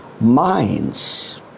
minds